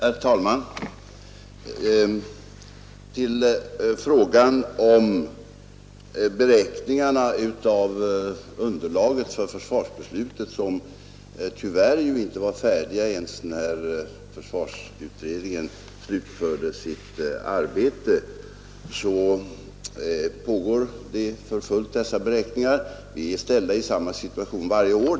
Herr talman! Beträffande beräkningarna av underlaget för försvarsbeslutet, som ju tyvärr inte var färdiga när försvarsutredningen slutförde sitt arbete, så pågår det arbetet för fullt. Vi är ställda i samma situation varje år.